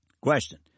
Question